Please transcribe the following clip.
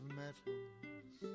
metals